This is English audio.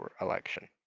election